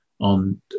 On